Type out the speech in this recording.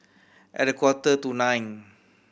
at a quarter to nine